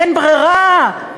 אין ברירה,